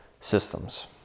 systems